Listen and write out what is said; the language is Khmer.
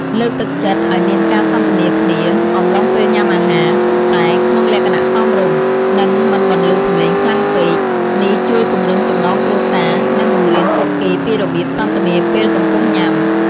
លើកទឹកចិត្តឲ្យមានការសន្ទនាគ្នាអំឡុងពេលញ៉ាំអាហារ ប៉ុន្តែក្នុងលក្ខណៈសមរម្យ និងមិនបន្លឺសំឡេងខ្លាំងពេក នេះជួយពង្រឹងចំណងគ្រួសារ និងបង្រៀនពួកគេពីរបៀបសន្ទនាពេលកំពុងញ៉ាំ។